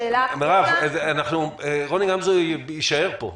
מירב, רוני גמזו יישאר פה.